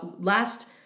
last